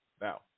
Now